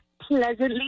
pleasantly